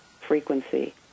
frequency